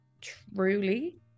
truly